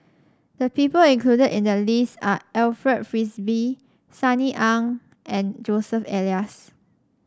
the people included in the list are Alfred Frisby Sunny Ang and Joseph Elias